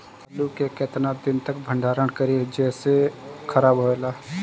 आलू के केतना दिन तक भंडारण करी जेसे खराब होएला?